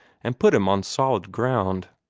and put him on solid ground.